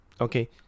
Okay